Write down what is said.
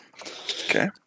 Okay